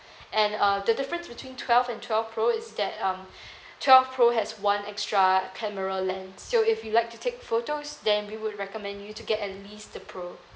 and uh the difference between twelve and twelve pro is that um twelve pro has one extra camera lens so if you like to take photos then we would recommend you to get at least the pro